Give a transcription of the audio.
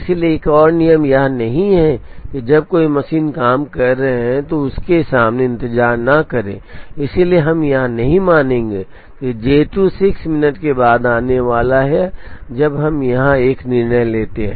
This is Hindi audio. इसलिए एक और नियम यह नहीं है कि जब कोई मशीन काम कर रहे हों तो उसके सामने इंतजार न करें इसलिए हम यह नहीं मानेंगे कि जे 2 6 मिनट के बाद आने वाला है जब हम यहां एक निर्णय लेते हैं